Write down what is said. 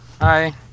Hi